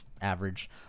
average